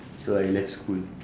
so I left school